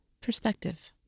perspective